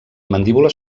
mandíbules